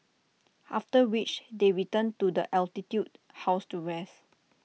after which they return to the altitude house to rest